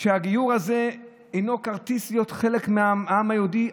הגיור הזה אינו כרטיס להיות חלק מהעם היהודי.